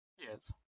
Yes